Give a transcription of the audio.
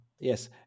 yes